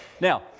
Now